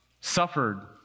suffered